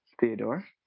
Theodore